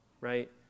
right